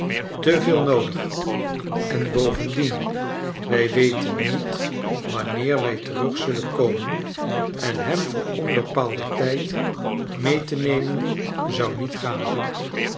veel noodig en bovendien wij weten niet wanneer wij terug zullen komen en hem voor onbepaalden tijd mee te nemen zou niet gaan